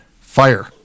Fire